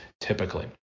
typically